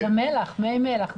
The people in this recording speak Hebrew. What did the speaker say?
מי מלח,